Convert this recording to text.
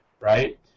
right